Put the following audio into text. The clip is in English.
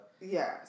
Yes